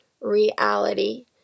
reality